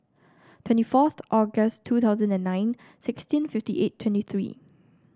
twenty fourth August two thousand and nine sixteen fifty eight twenty three